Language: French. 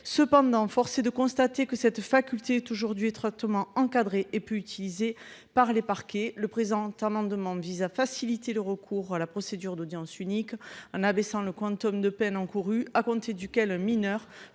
Toutefois, force est de constater que cette faculté est étroitement encadrée et peu utilisée par les parquets. L’amendement vise à faciliter le recours à la procédure d’audience unique en abaissant le quantum de peine d’emprisonnement encourue à compter duquel un mineur